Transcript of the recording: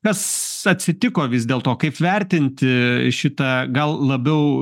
kas atsitiko vis dėlto kaip vertinti šitą gal labiau